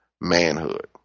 manhood